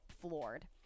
floored